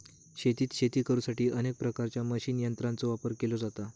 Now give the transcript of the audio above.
शेतात शेती करुसाठी अनेक प्रकारच्या मशीन यंत्रांचो वापर केलो जाता